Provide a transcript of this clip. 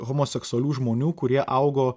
homoseksualių žmonių kurie augo